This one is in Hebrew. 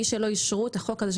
מי שלא אישר את הצעת החוק הזאת,